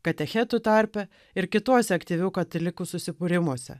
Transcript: katechetų tarpe ir kituose aktyvių katalikų susibūrimuose